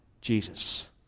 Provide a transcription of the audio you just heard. Jesus